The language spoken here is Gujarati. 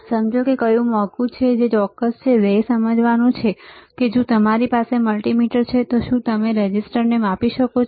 સમજો કે કયું મોંઘું છે જે ચોક્કસ છે ધ્યેય એ સમજવાનું છે કે જો તમારી પાસે મલ્ટિમીટર છે તો શું તમે રેઝિસ્ટરને માપી શકો છો